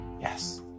Yes